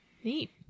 Neat